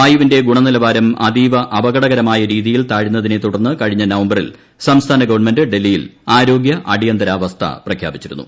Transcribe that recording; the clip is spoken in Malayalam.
വായുവിന്റെ ഗുണനിലവാരം അതീവ അപകടകരമായ രീതിയിൽ താഴ്ന്നതിനെ തുടർന്ന് കഴിഞ്ഞ നവംബറിൽ സംസ്ഥാന ഗവൺമെന്റ് ഡൽഹിയിൽ ആരോഗൃ അടിയന്തരാവസ്ഥ പ്രഖ്യാപിച്ചിരുന്നു